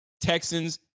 Texans